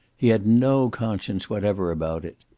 he had no conscience whatever about it.